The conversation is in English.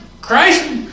Christ